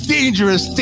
Dangerous